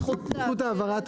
זכות להעברת